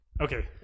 Okay